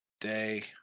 day